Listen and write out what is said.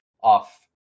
off